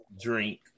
drink